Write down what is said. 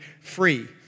free